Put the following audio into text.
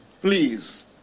please